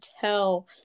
tell